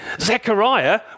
Zechariah